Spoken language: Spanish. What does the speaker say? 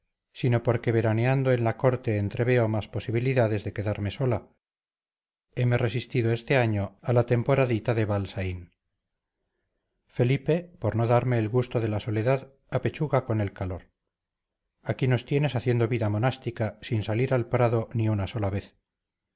sino porque veraneando en la corte entreveo más probabilidades de quedarme sola heme resistido este año a la temporadita de balsaín felipe por no darme el gusto de la soledad apechuga con el calor aquí nos tienes haciendo vida monástica sin salir al prado ni una sola vez